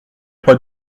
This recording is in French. pas